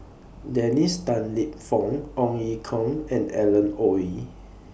Dennis Tan Lip Fong Ong Ye Kung and Alan Oei